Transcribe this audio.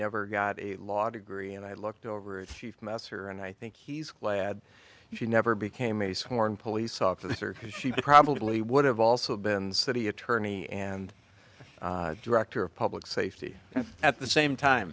never got a law degree and i looked over a few masseur and i think he's glad she never became a sworn police officer because she probably would have also been city attorney and director of public safety at the same